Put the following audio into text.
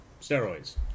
Steroids